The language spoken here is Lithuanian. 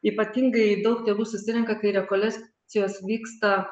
ypatingai daug tėvų susirenka kai rekolescijos vyksta